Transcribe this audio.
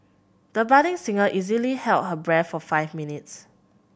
the budding singer easily held her breath for five minutes